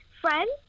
friends